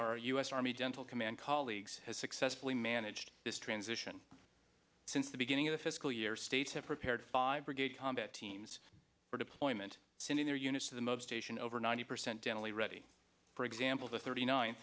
our u s army general command colleagues has successfully managed this transition since the beginning of the fiscal year states have prepared five brigade combat teams for deployment sending their units to the most station over ninety percent generally ready for example the thirty nin